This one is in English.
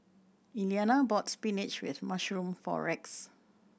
Iliana bought spinach with mushroom for Rex